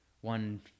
one